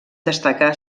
destacar